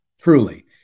truly